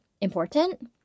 important